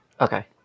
Okay